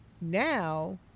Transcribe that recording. now